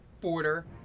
border